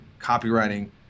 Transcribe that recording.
copywriting